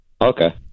Okay